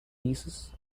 pieces